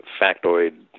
factoid